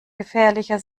gefährlicher